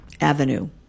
avenue